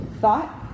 thought